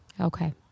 Okay